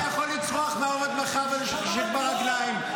אתה יכול לצרוח עד מחר ולשקשק ברגלים,